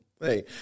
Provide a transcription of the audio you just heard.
hey